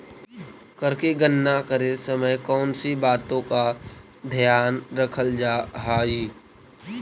कर की गणना करे समय कौनसी बातों का ध्यान रखल जा हाई